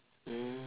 mm